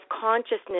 consciousness